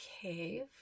cave